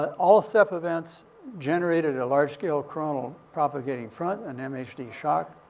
all sep events generated a large-scale chronal propagating front and mhd shock.